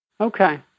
Okay